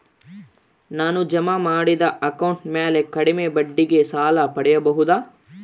ನಾನು ಜಮಾ ಮಾಡಿದ ಅಕೌಂಟ್ ಮ್ಯಾಲೆ ಕಡಿಮೆ ಬಡ್ಡಿಗೆ ಸಾಲ ಪಡೇಬೋದಾ?